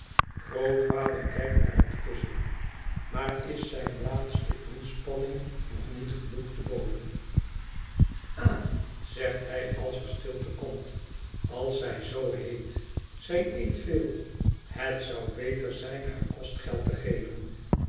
grootvader kijkt naar het kussen maar is zijne laatste inspanning nog niet genoeg te boven ha zegt hij als er stilte komt als zij zoo heet zij eet veel het zou beter zijn haar kostgeld te geven